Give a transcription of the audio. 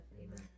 Amen